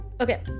Okay